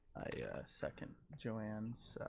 i second joanne's